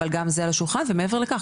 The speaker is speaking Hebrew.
אבל גם זה על השולחן ומעבר לכך,